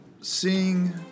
seeing